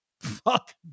Fuck